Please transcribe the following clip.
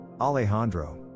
Alejandro